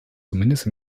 zumindest